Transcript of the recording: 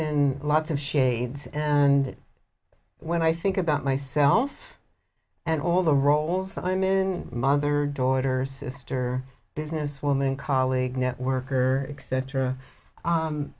in lots of shades and when i think about myself and all the roles i'm in mother daughter sister business woman colleague networker et